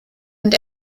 und